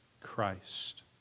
Christ